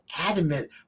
adamant